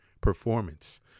performance